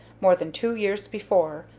more than two years before,